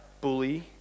bully